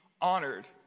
honored